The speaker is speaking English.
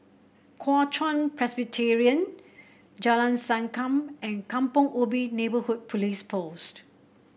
Kuo Chuan Presbyterian Jalan Sankam and Kampong Ubi Neighbourhood Police Post